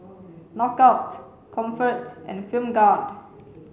Knockout Comfort and Film